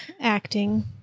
acting